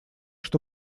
что